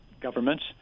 governments